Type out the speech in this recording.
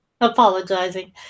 apologizing